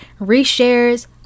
reshares